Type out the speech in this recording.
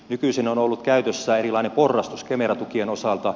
nykyisin on ollut käytössä erilainen porrastus kemera tukien osalta